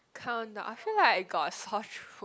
count I feel like I got sore throat